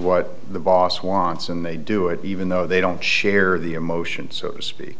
what the boss wants and they do it even though they don't share the emotions so to speak